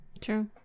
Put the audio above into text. true